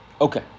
Okay